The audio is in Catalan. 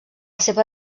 seva